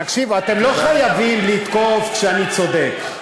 תקשיבו, אתם לא חייבים לתקוף כשאני צודק.